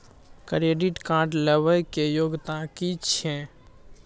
Credit card लेबै के योग्यता कि छै?